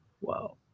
Wow